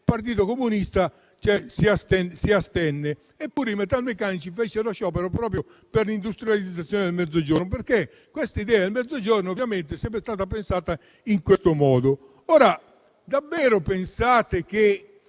il Partito Comunista Italiano. Eppure i metalmeccanici fecero sciopero proprio per l'industrializzazione del Mezzogiorno, perché l'idea del Mezzogiorno è sempre stata pensata in questo modo. Davvero pensate,